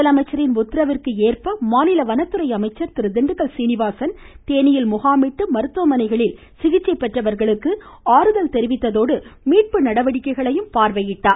முதலமைச்சரின் உத்தரவிற்கேற்ப மாநில வனத்துறை அமைச்சர் திண்டுக்கல் சீனிவாசன் தேனியில் முகாமிட்டு மருத்துவமனைகளில் சிகிச்சை பெற்றவர்களை ஆறுதல் தெரிவித்ததோடு மீட்பு நடவடிக்கைகளையும் பார்வையிட்டார்